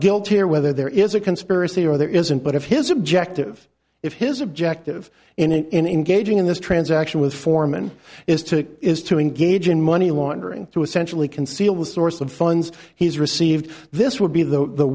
guilty or whether there is a conspiracy or there isn't but if his objective if his objective in engaging in this transaction with foreman is to is to engage in money laundering to essentially conceal the source of funds he's received this would be the